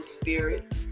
Spirit